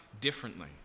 differently